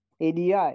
ADI